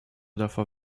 davor